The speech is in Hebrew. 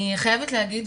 אני חייבת להגיד,